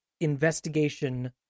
investigation